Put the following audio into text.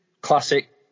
classic